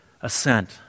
assent